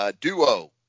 duo